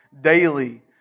daily